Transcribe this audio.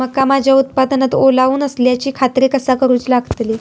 मका माझ्या उत्पादनात ओलावो नसल्याची खात्री कसा करुची लागतली?